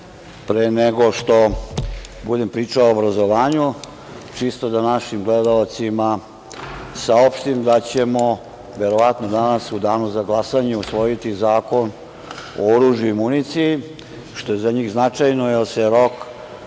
pre nego što budem pričao o obrazovanju, čisto da našim gledaocima saopštim da ćemo verovatno danas u danu za glasanje usvojiti Zakon o oružju i municiji, što je za njih značajno, jer se rok